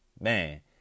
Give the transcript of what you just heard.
man